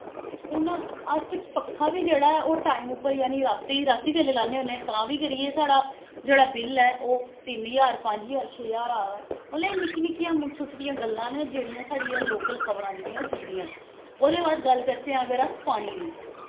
हून अस पक्खा बी जेह्ड़ा ऐ ओह् टाइम उप्पर यानि रातीं बेल्लै लान्ने आं तां बी करियै साढ़ा जेह्ड़ा बिल ऐ ओह् तिन्न ज्हार पंज ज्हार छे ज्हार आ दा मतलब कि एह् निक्की निक्कियां मतलब छोटी छोटियां गल्लां न जेह्ड़ियां साढ़ियां लोकल खबरां जेह्कियां ओह् चुकदियां न ओह्दे बाद गल्ल करचै अगर अस पानी दी